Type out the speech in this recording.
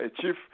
chief